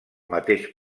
mateix